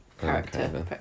character